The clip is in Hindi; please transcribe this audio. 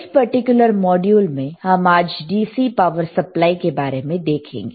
इस पर्टिकुलर मॉड्यूल में हम आज DC पावर सप्लाई के बारे में देखेंगे